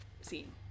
scene